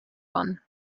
one